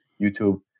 YouTube